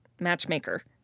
matchmaker